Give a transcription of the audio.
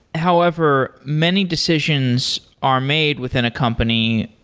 however, many decisions are made within a company,